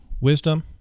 wisdom